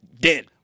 dead